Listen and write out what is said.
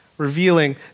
revealing